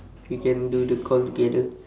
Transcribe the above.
we can do the call together